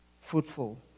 fruitful